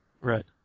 Right